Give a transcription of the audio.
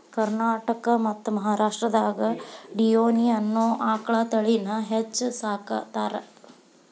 ಕರ್ನಾಟಕ ಮತ್ತ್ ಮಹಾರಾಷ್ಟ್ರದಾಗ ಡಿಯೋನಿ ಅನ್ನೋ ಆಕಳ ತಳಿನ ಹೆಚ್ಚ್ ಸಾಕತಾರ